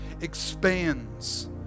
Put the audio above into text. expands